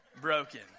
broken